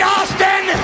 Austin